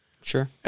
Sure